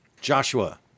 Joshua